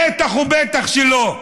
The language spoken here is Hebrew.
בטח ובטח שלא.